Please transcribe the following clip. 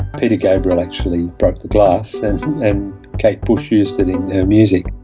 peter gabriel actually broke the glass and kate bush used it in her music.